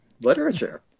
literature